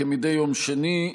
כמדי יום שני,